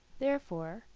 therefore,